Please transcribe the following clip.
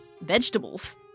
Vegetables